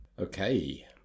Okay